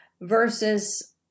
versus